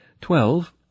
twelve